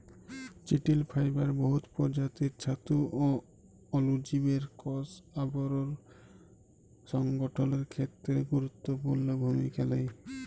চিটিল ফাইবার বহুত পরজাতির ছাতু অ অলুজীবের কষ আবরল সংগঠলের খ্যেত্রে গুরুত্তপুর্ল ভূমিকা লেই